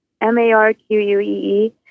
M-A-R-Q-U-E-E